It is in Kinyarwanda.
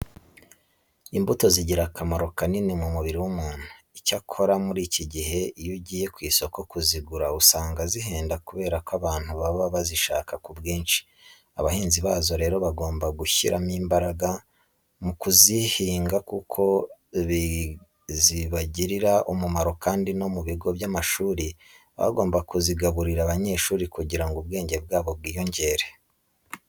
Imbuto zigira akamaro kanini mu mubiri w'umuntu. Icyakora muri iki gihe iyo ugiye ku isoko kuzigura usanga zihenda kubera ko abantu baba bazishaka ku bwinshi. Abahinzi bazo rero bagomba gushyiramo imbaraga mu kuzihiga kuko zibagirira umumaro kandi no mu bigo by'amashuri baba bagomba kuzigaburira abanyeshuri kugira ngo ubwenge bwabo bwiyongere.